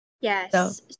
Yes